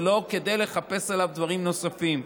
ולא כדי לחפש עליו דברים נוספים.